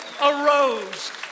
arose